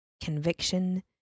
conviction